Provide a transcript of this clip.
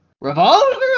Revolver